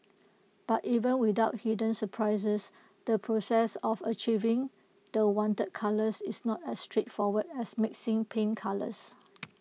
but even without hidden surprises the process of achieving the wanted colours is not as straight forward as mixing paint colours